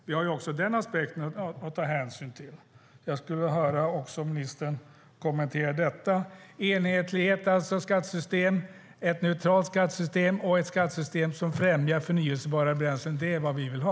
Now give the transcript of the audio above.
Vi har ju även den aspekten att ta hänsyn till, och jag skulle vilja höra ministern kommentera detta. Alltså: Ett enhetligt skattesystem, ett neutralt skattesystem och ett skattesystem som främjar förnybara bränslen - det är vad vi vill ha.